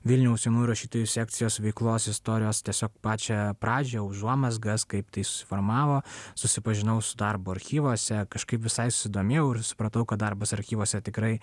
vilniaus jaunųjų rašytojų sekcijos veiklos istorijos tiesiog pačią pradžią užuomazgas kaip tai suformavo susipažinau su darbu archyvuose kažkaip visai susidomėjau ir supratau kad darbas archyvuose tikrai